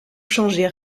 changer